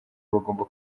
bagomba